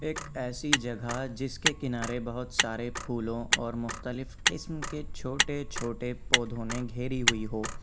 ایک ایسی جگہ جس کے کنارے بہت سارے پھولوں اور مختلف قسم کے چھوٹے چھوٹے پودوں نے گھیری ہوئی ہو